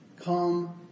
Come